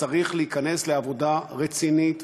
צריך להיכנס לעבודה רצינית.